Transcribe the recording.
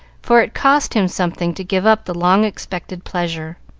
for it cost him something to give up the long-expected pleasure.